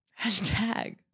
Hashtag